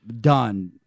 done